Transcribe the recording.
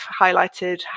highlighted